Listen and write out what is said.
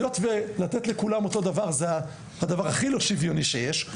היות ולתת לכולם אותו דבר זה הדבר הכי לא שוויוני שיש,